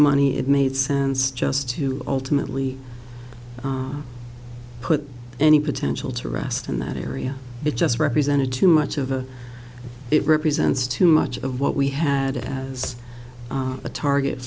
money it made sense just to ultimately put any potential to rest in that area it just represented too much of it represents too much of what we had as a target